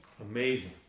Amazing